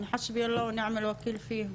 נעבור לכפאח אגבאריה.